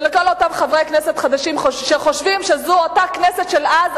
ולכל אותם חברי כנסת חדשים שחושבים שזאת אותה כנסת של אז,